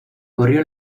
corrió